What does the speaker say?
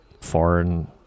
foreign